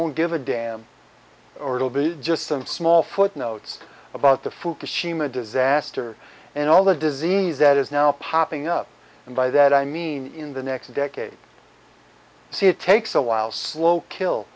won't give a damn or it'll be just some small footnotes about the fukushima disaster and all the disease that is now popping up and by that i mean in the next decade see it takes a while slow kill